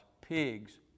pigs